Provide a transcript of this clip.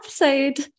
episode